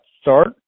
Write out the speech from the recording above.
start